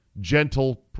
gentle